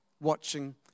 watching